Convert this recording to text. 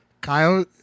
Kyle